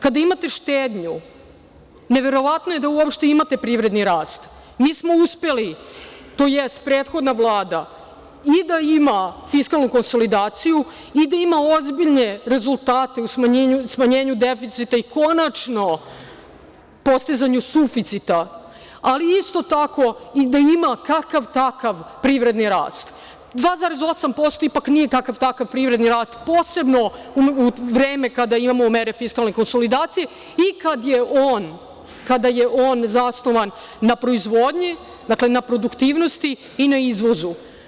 Kada imate štednju, neverovatno je da uopšte imate privredni rast, mi smo uspeli tj. prethodna Vlada, i da ima fiskalnu konsolidaciju i da ima ozbiljne rezultate u smanjenju deficita, i konačno, postizanju suficita, ali isto tako i da ima kakav takav, privredni rast, 2,8%, ipak nije takav kakav privredni rast, posebno u vreme kada imamo mere fiskalne konsolidacije i kada je on, kada je on zasnovan na proizvodnji, dakle, na produktivnosti i na izvozu.